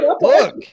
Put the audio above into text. Look